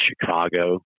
Chicago